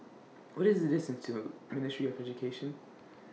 What IS The distance to Ministry of Education